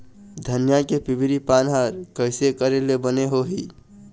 धनिया के पिवरी पान हर कइसे करेले बने होही?